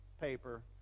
paper